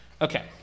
Okay